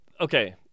okay